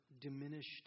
diminished